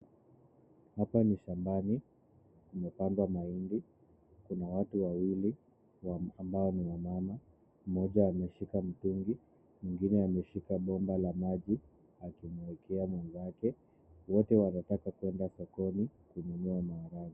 Hapa ni shambani kumepandwa mahindi kuna watu wawili ambao wanao ng'ang'ana ,mmoja ameshika mtungi mwingine ameshika bomba la maji akimwekea mwenzake wote wanataka kwenda sokoni kununua maharagwe.